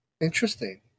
Interesting